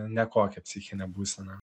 ne kokia psichinė būsena